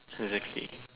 exactly